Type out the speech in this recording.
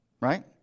right